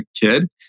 kid